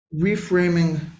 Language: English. reframing